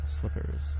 slippers